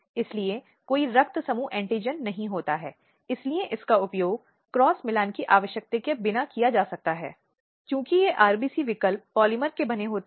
इसलिए यह महिलाओं को लाश की स्थिति में बदल देता है इसलिए यह उल्लंघन का एक बहुत गंभीर रूप है